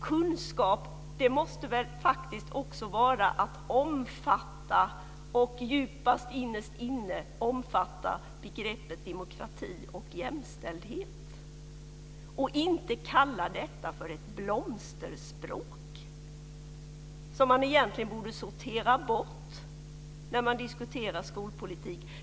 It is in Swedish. Kunskap måste faktiskt också vara att djupast innerst inne omfatta begreppet demokrati och jämställdhet och inte kalla detta för ett blomsterspråk som man egentligen borde sortera bort när man diskuterar skolpolitik.